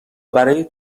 برای